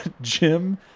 Jim